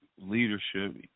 leadership